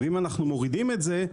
אם אנחנו מורידים את זה,